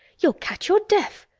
you'll catch your death.